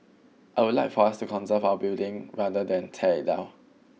I would like for us to conserve our buildings rather than tear it down